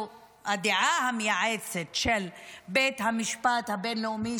או הדעה המייעצת של בית המשפט הבין-לאומי,